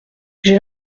j’ai